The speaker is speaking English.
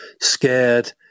scared